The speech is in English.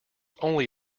only